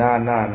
না না না